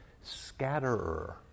scatterer